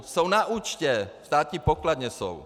Jsou na účtě, ve státní pokladně jsou.